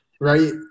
Right